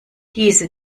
diese